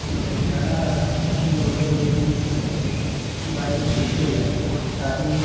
যেমন যারা পশ্চিমবঙ্গের হয়ে বাইরে খেলতে যায় তাদের